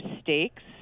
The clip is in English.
stakes